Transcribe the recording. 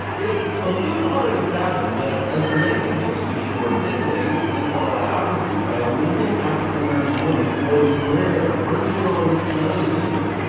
it's a little hard to fathom that as the nineteen sixty s were ending an autobiography by a living african-american woman was rare, verging on nonexistent